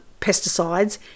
pesticides